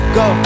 go